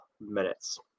minutes